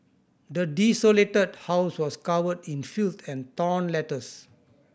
the desolated house was covered in filth and torn letters